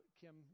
Kim